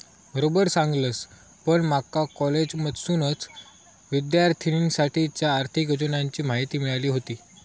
बरोबर सांगलस, पण माका कॉलेजमधसूनच विद्यार्थिनींसाठीच्या आर्थिक योजनांची माहिती मिळाली व्हती